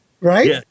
right